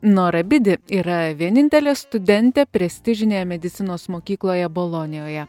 nora bidi yra vienintelė studentė prestižinėje medicinos mokykloje bolonijoje